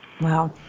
Wow